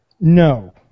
No